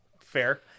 fair